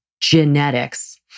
genetics